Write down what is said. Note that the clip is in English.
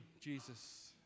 Jesus